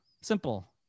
simple